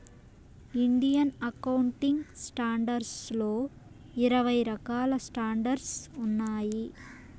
Indian accounting standards లో ఇరవై రకాల స్టాండర్డ్స్ ఉన్నాయి